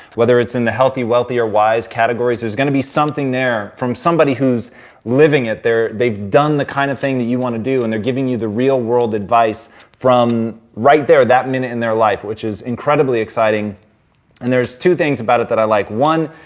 whether it's in healthy, wealthy, or wise categories, there's gonna be something there from somebody who's living it. they've done the kind of thing that you want to do and they're giving you the real world advice from right there, that minute in their life which is incredibly exciting and there's two things about it that i like. one,